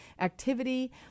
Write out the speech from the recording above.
activity